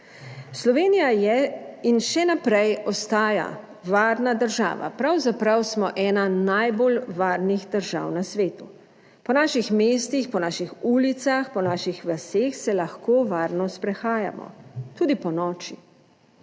Slovenija je in še naprej ostaja varna država. Pravzaprav smo ena najbolj varnih držav na svetu. Po naših mestih, po naših ulicah, po naših vaseh se lahko varno sprehajamo tudi ponoči.